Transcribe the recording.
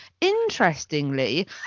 interestingly